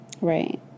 Right